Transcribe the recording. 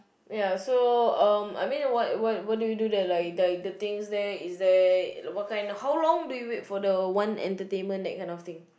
ya so um I mean what what what do you do there like like the things there is there what kind how long do you wait for the one entertainment that kind of thing